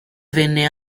venne